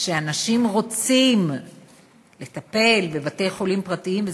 ואנשים רוצים לקבל טיפול בבתי-חולים פרטיים,